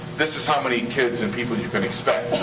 this is how many kids and people you can expect.